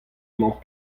mañ